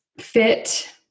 fit